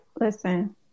Listen